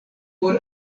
por